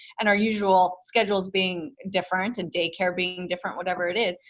and our usual schedules being different, and day care being different, whatever it is,